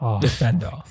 defender